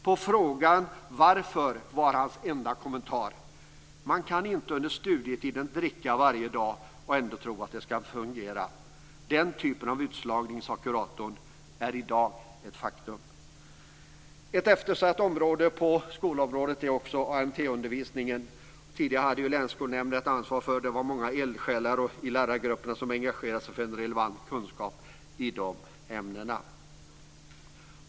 På frågan varför var hans enda kommentar: Man kan inte under studietiden dricka varje dag och ändå tro att det ska fungera. Den typen av utslagning, sade kuratorn, är i dag ett faktum. Ett eftersatt område på skolområdet är ANT undervisningen. Tidigare hade länsskolnämnderna ett ansvar för detta. Det var många eldsjälar i lärargrupperna som engagerade sig för en relevant kunskap i dessa ämnen.